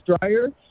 dryer